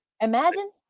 Imagine